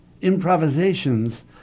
improvisations